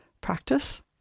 practice